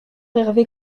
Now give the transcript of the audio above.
hervé